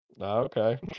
Okay